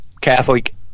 Catholic